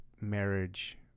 marriage